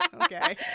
Okay